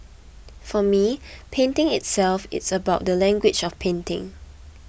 for me painting itself is about the language of painting